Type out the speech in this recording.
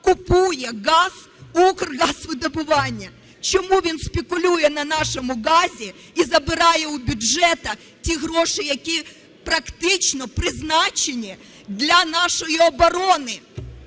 купує газ у Укргазвидобування. Чому він спекулює на нашому газі і забирає у бюджету ті гроші, які практично призначені для нашої оборони,